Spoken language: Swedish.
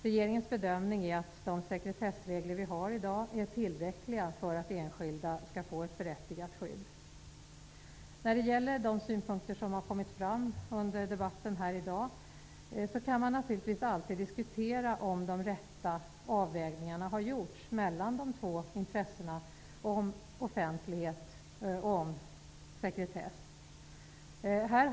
Regeringens bedömning är att dagens sekretessregler är tillräckliga för att enskilda skall få ett berättigat skydd. När det gäller de synpunkter som har kommit fram under debatten här i dag, kan man naturligtvis alltid diskutera om de rätta avvägningarna mellan de två intressena -- offentlighet och sekretess -- har gjorts.